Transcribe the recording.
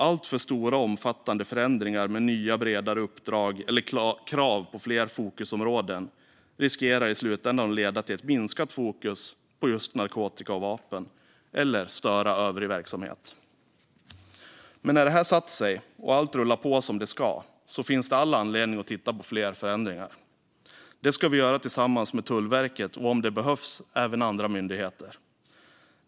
Alltför stora och omfattande förändringar med nya bredare uppdrag eller krav på fler fokusområden riskerar i slutändan att leda till minskat fokus på just narkotika och vapen eller att störa övrig verksamhet. Men när det här har satt sig och allt rullar på som det ska finns det all anledning att titta på fler förändringar. Det ska vi göra tillsammans med Tullverket och, om det behövs, även andra myndigheter.